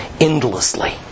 endlessly